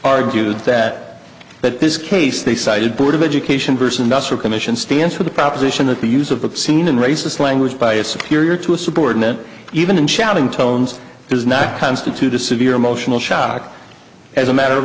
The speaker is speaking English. argued that but this case they cited board of education person bus or commission stands for the proposition that the use of obscene and racist language by a superior to a subordinate even in shouting tones does not constitute a severe emotional shock as a matter of